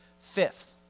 Fifth